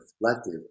reflective